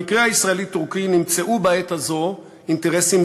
במקרה הישראלי טורקי נמצאו בעת הזאת אינטרסים